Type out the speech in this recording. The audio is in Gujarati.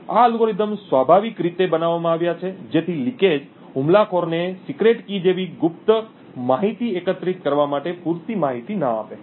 આ અલ્ગોરિધમ્સ સ્વાભાવિક રીતે બનાવવામાં આવ્યા છે જેથી લિકેજ હુમલાખોરને સિક્રેટ કી જેવી ગુપ્ત માહિતી એકત્રિત કરવા માટે પૂરતી માહિતી ન આપે